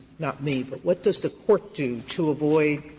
not me, but what does the court do to avoid